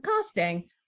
casting